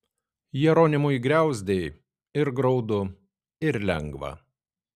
jeronimui griauzdei ir graudu ir lengva